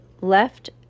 left